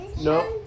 No